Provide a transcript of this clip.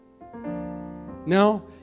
Now